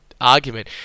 argument